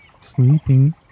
sleeping